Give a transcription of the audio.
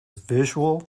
visual